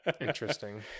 interesting